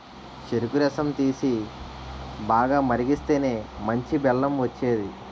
చెరుకు రసం తీసి, బాగా మరిగిస్తేనే మంచి బెల్లం వచ్చేది